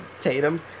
Tatum